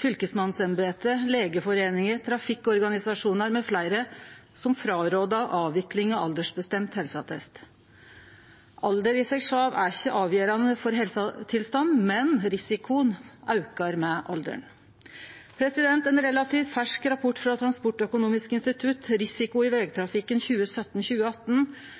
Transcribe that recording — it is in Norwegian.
fylkesmannsembetet, Legeforeningen, trafikkorganisasjonar mfl., som rådde frå avvikling av aldersbestemt helseattest. Alder i seg sjølv er ikkje avgjerande for helsetilstanden, men risikoen aukar med alderen. Ein relativt fersk rapport frå Transportøkonomisk institutt, «Risiko i